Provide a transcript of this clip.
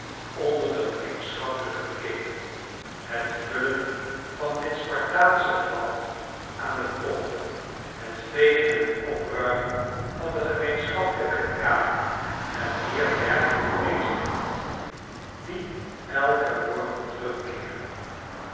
onder den gemeenschappelijken ketel het vullen van dit spartaansche vat aan de pomp het vegen en opruimen van de gemeenschappelijke kamer en meer dergelijke bezigheden die elken morgen terugkeerden